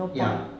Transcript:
ya